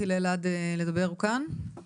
אלעד מלכא, בבקשה.